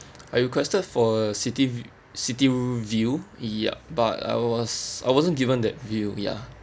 I requested for city vi~ city view yup but I was I wasn't given that view ya